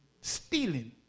Stealing